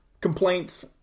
complaints